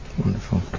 Wonderful